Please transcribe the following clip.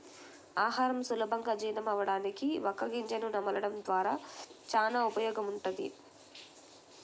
ఆహారం సులభంగా జీర్ణమవ్వడానికి వక్క గింజను నమలడం ద్వారా చానా ఉపయోగముంటది